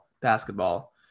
basketball